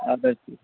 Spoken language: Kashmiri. اَدٕ حظ ٹھیٖک